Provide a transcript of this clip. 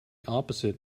opposite